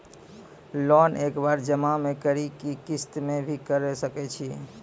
Loan एक बार जमा म करि कि किस्त मे भी करऽ सके छि?